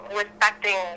respecting